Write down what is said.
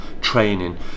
training